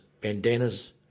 bandanas